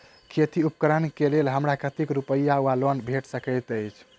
खेती उपकरण केँ लेल हमरा कतेक रूपया केँ लोन भेटि सकैत अछि?